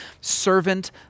servant